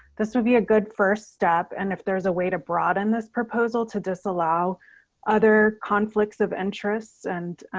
this would be a good first step. and if there's a way to broaden this proposal to disallow other conflicts of interests and